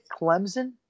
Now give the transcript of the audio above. Clemson